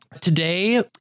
Today